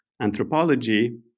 anthropology